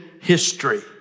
history